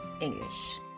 English